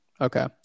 okay